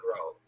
grow